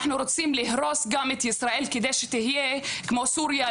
אנחנו רוצים להרוס גם את ישראל כדי שתהיה כמו סוריה,